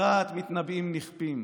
צרעת מתנבאים נכפים,